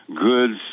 goods